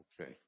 Okay